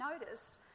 noticed